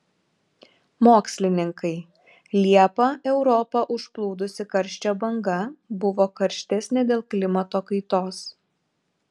mokslininkai liepą europą užplūdusi karščio banga buvo karštesnė dėl klimato kaitos